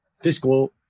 fiscal